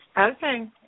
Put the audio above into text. Okay